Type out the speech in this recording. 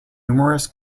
numerous